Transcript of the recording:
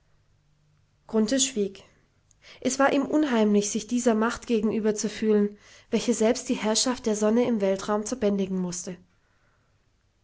schwieg es war ihm unheimlich sich dieser macht gegenüber zu fühlen welche selbst die herrschaft der sonne im weltraum zu bändigen wußte